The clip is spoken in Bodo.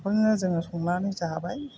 बेखौनो जोङो संनानै जाबाय